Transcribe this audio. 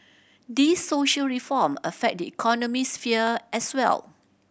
these social reform affect the economic sphere as well